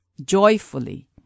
joyfully